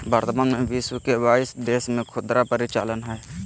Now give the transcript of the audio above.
वर्तमान में विश्व के बाईस देश में खुदरा परिचालन हइ